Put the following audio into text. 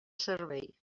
servei